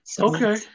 Okay